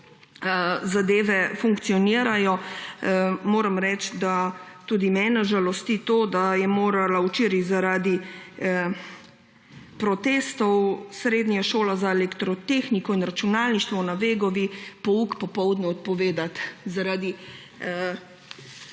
zadeve funkcionirajo. Moram reči, da tudi mene žalosti to, da je morala včeraj zaradi protestov srednja šola za elektrotehniko in računalništvo na Vegovi pouk popoldan odpovedati zaradi